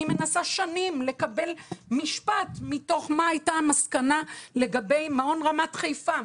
אני מנסה שנים לקבל משפט מתוך מה הייתה המסקנה לגבי מעון "רמת חיפה".